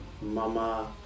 mama